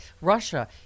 Russia